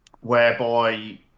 whereby